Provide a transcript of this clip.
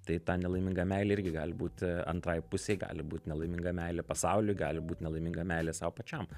tai ta nelaiminga meilė irgi gali būti antrai pusei gali būt nelaiminga meilė pasauliui gali būt nelaiminga meilė sau pačiam